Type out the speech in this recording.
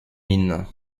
mine